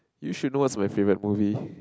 you should know what's my favourite movie